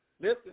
listen